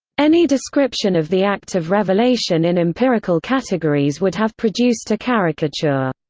any description of the act of revelation in empirical categories would have produced a caricature.